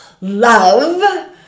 love